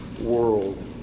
world